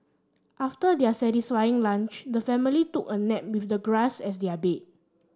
after their satisfying lunch the family took a nap with the grass as their bed